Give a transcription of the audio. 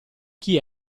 chi